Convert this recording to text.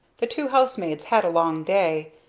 the two housemaids had a long day,